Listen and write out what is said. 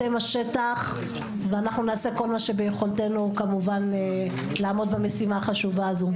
אתם השטח ואנחנו נעשה כל מה שביכולתנו כמובן לעמוד במשימה החשובה הזו,